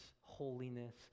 holiness